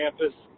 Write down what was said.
campus